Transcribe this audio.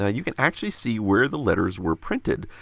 ah you can actually see where the letters were printed.